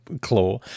claw